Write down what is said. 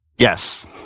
yes